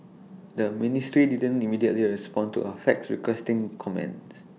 the ministry didn't immediately respond to A fax requesting comments